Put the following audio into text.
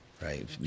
right